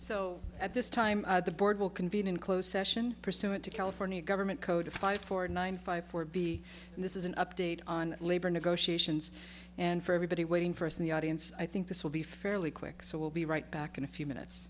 so at this time the board will convene in closed session pursuant to california government codify four ninety five four b and this is an update on labor negotiations and for everybody waiting for us in the audience i think this will be fairly quick so we'll be right back in a few minutes